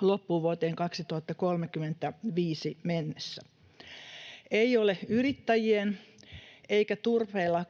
loppuu vuoteen 2035 mennessä. Ei ole yrittäjien eikä turpeella